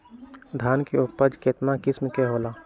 धान के उपज केतना किस्म के होला?